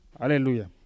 Hallelujah